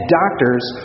doctors